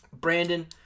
Brandon